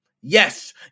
yes